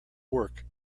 work